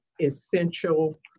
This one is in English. essential